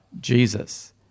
Jesus